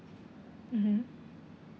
mmhmm